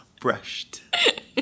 Brushed